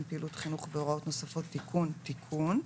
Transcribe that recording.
פעילות חינוך והוראות נוספות)(תיקון) (תיקון),